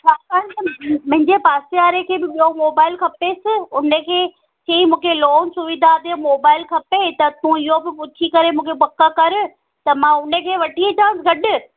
छाकाणि त मुंहिंजे पासे वारे खे बि ॿियो मोबाइल खपेसि उन खे चई मूंखे लोन सुविधा ते मोबाइल खपे त तू इहो बि पुछी करे मूंखे पक कर त मां उन खे वठी अचांसि गॾु